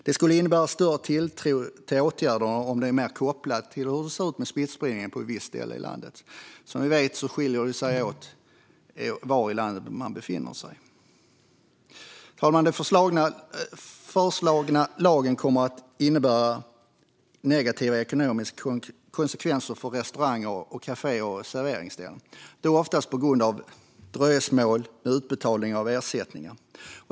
Det skulle innebära större tilltro till åtgärderna om de var mer kopplade till hur det ser ut med smittspridning på ett visst ställe i landet. Som vi vet skiljer det sig åt beroende på var i landet man befinner sig. Fru talman! Den föreslagna lagen kommer att innebära negativa ekonomiska konsekvenser för restauranger, kaféer och serveringsställen, oftast på grund av dröjsmål med utbetalningar av ersättningar.